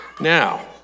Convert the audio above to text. Now